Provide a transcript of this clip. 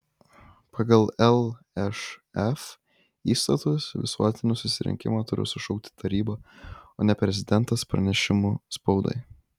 pagal lšf įstatus visuotinį susirinkimą turi sušaukti taryba o ne prezidentas pranešimu spaudai